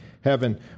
heaven